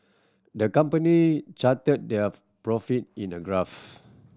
the company charted their profit in a graphs